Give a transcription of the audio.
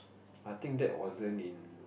I think that wasn't in